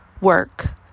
work